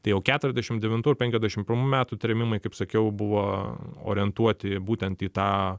tai jau keturiasdešim devintų ir penkiasdešim metų trėmimai kaip sakiau buvo orientuoti būtent į tą